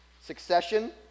succession